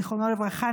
זיכרונו לברכה,